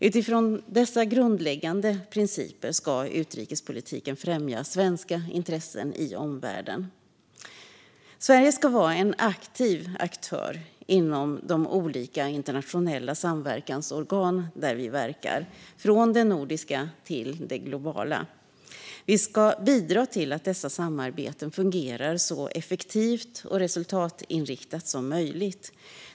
Utifrån dessa grundläggande principer ska utrikespolitiken främja svenska intressen i omvärlden. Sverige ska vara en aktiv aktör inom de olika internationella samverkansorgan där vi verkar, från det nordiska till det globala. Vi ska bidra till att dessa samarbeten fungerar så effektivt och resultatinriktat som möjligt.